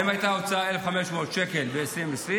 אם הייתה הוצאה של 1,500 שקל ב-2020,